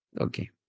Okay